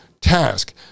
task